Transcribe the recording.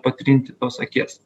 patrinti tos akies